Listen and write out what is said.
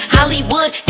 Hollywood